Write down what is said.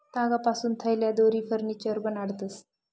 तागपासून थैल्या, दोरी, फर्निचर बनाडतंस